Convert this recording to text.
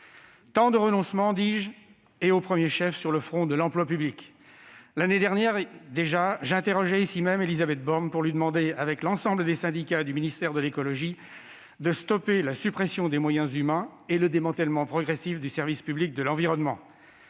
Tant de renoncements, dis-je, et au premier chef sur le front de l'emploi public : l'année dernière déjà, j'interrogeais ici même Élisabeth Borne pour lui demander, comme le faisaient l'ensemble des syndicats du ministère de l'écologie, de stopper la suppression des moyens humains et le démantèlement progressif du service public de l'environnement.